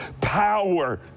power